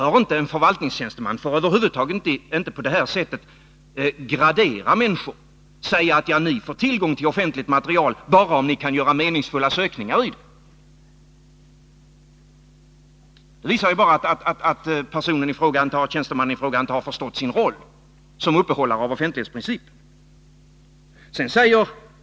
En förvaltningstjänsteman får över huvud taget inte på det sättet gradera människor och säga: Ni får tillgång till offentligt material bara om ni kan göra meningsfulla sökningar i det. Det visar bara att tjänstemannen i fråga inte har förstått sin roll som uppehållare av offentlighetsprincipen.